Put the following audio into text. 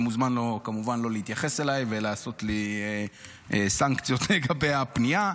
אתה מוזמן לא להתייחס אליי ולעשות לי סנקציות לגבי הפנייה.